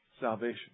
salvation